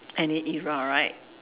any era right